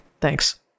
Thanks